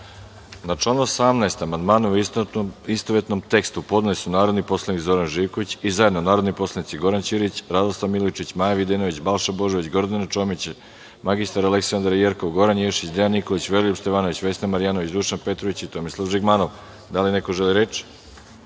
član 18. amandmane, u istovetnom tekstu, podneli su narodni poslanik Zoran Živković i zajedno narodni poslanici Goran Ćirić, Radoslav Milojičić, Maja Videnović, Balša Božović, Gordana Čomić, mr Aleksandra Jerkov, Goran Ješić, Dejan Nikolić, Veroljub Stevanović, Vesna Marjanović, Dušan Petrović i Tomislav Žigmanov. Da li neko želi reč?